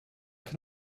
can